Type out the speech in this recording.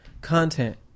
content